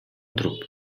туруп